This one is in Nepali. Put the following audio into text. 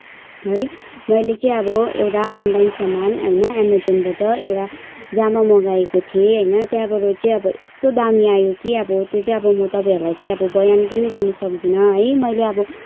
है मेले चाहिँ अब एउटा अनलाइन सामान होइन अमेजोनबाट एउटा जामा मगाएको थिएँ होइन त्यहाँबाट चाहिँ अब यस्तो दामी आयो कि अब त्यो चाहिँ अब तपाईँहरूलाई चाहिँ अब बयान पनि गर्न सक्दिनँ है मैले अब